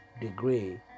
degree